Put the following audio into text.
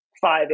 five